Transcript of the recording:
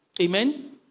Amen